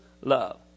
love